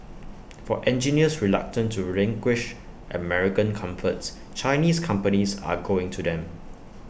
for engineers reluctant to relinquish American comforts Chinese companies are going to them